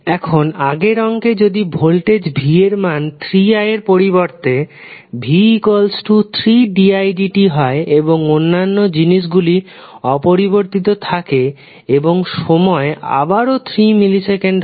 এখন আগের অঙ্কে যদি ভোল্টেজ v এর মান 3i এর পরিবর্তে v3didt হয় এবং অন্যান্য জিনিস গুলি অপরিবর্তিত থাকে এবং সময় আবারও 3 মিলি সেকেন্ড হয়